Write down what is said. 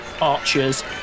archers